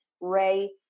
Ray